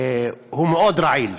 הוא מאוד רעיל.